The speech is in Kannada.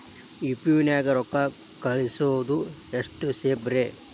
ಯು.ಪಿ.ಐ ನ್ಯಾಗ ರೊಕ್ಕ ಕಳಿಸೋದು ಎಷ್ಟ ಸೇಫ್ ರೇ?